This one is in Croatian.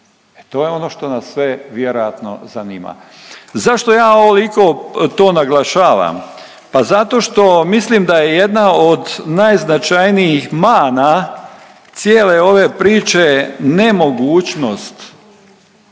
to je ono što nas sve vjerojatno zanima. Zašto ja ovoliko to naglašavam? Pa zato što mislim da je jedna od najznačajnijih mana cijele ove priče nemogućnost